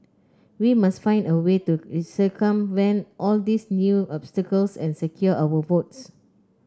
we must find a way to circumvent all these new obstacles and secure our votes